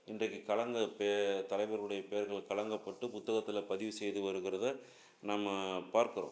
இன்றைக்கு கலங்க பே தலைவர்களுடைய பேர்களை கலங்கப்பட்டு புத்தகத்தில் பதிவு செய்து வருகிறதை நம்ம பார்க்கிறோம்